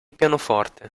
pianoforte